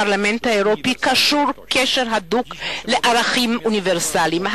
הפרלמנט האירופי קשור קשר הדוק לערכים אוניברסליים.